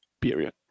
Period